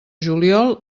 juliol